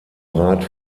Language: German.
rat